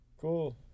Cool